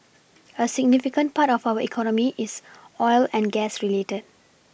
a significant part of our economy is oil and gas related